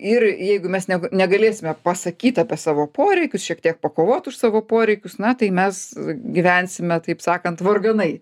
ir jeigu mes negalėsime pasakyt apie savo poreikius šiek tiek pakovot už savo poreikius na tai mes gyvensime taip sakant varganai